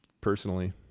personally